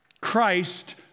Christ